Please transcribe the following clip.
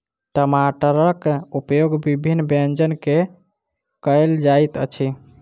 टमाटरक उपयोग विभिन्न व्यंजन मे कयल जाइत अछि